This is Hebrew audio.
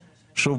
שוב,